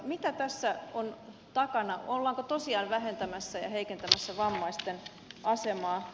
mitä tässä on takana ollaanko tosiaan vähentämässä ja heikentämässä vammaisten asemaa